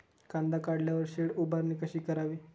कांदा काढल्यावर शेड उभारणी कशी करावी?